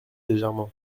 légèrement